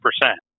percent